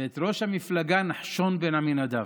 ואת ראש המפלגה, נחשון בן עמינדב.